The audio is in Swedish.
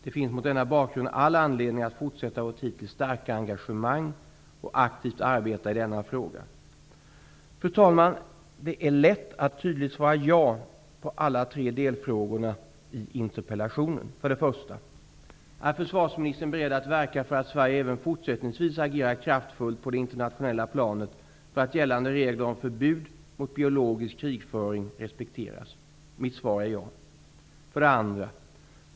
Det finns mot denna bakgrund all anledning att fortsätta vårt hittills starka engagemang och aktiva arbete i denna fråga. Fru talman, det är lätt att tydligt svara ja på alla tre delfrågorna i interpellationen: 1. Är försvarsministern beredd att verka för att Sverige även fortsättningsvis agerar kraftfullt på det internationella planet för att gällande regler om förbud mot biologisk krigföring respekteras? Mitt svar är ja. 2.